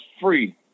free